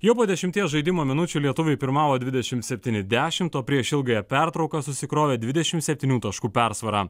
jau po dešimties žaidimo minučių lietuviai pirmavo dvidešimt septyni dešimt o prieš ilgąją pertrauką susikrovė dvidešimt septynių taškų persvarą